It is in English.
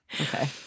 Okay